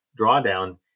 drawdown